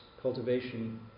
cultivation